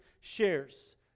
shares